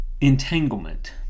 entanglement